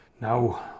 Now